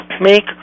make